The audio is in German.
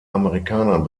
amerikanern